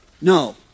No